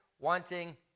wanting